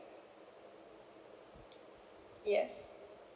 yes